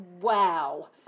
Wow